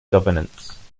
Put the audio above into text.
governance